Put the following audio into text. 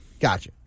Gotcha